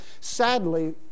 Sadly